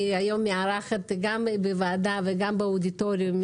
אני היום מארחת גם בוועדה וגם באודיטוריום,